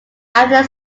after